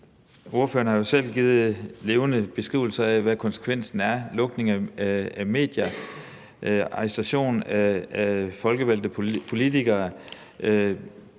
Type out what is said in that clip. Ordføreren har jo selv givet levende beskrivelser af, hvad konsekvenserne er: lukning af medier, arrestation af folkevalgte politikere,